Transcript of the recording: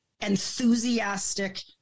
enthusiastic